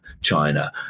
China